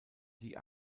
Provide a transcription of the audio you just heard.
die